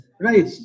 right